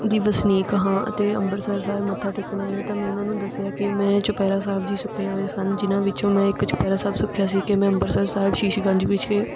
ਦੀ ਵਸਨੀਕ ਹਾਂ ਅਤੇ ਅੰਮ੍ਰਿਤਸਰ ਸਾਹਿਬ ਮੱਥਾ ਟੇਕਣਾ ਹੀ ਆ ਤਾਂ ਮੈਂ ਉਹਨਾਂ ਨੂੰ ਦੱਸਿਆ ਕਿ ਮੈਂ ਚੁਪਹਿਰਾ ਸਾਹਿਬ ਜੀ ਸੁੱਖੇ ਹੋਏ ਸਨ ਜਿਨ੍ਹਾਂ ਵਿੱਚੋਂ ਮੈਂ ਇੱਕ ਚੁਪਹਿਰਾ ਸਾਹਿਬ ਸੁੱਖਿਆ ਸੀ ਕਿ ਮੈਂ ਅੰਮ੍ਰਿਤਸਰ ਸਾਹਿਬ ਸ਼ੀਸ਼ ਗੰਜ ਵਿਖੇ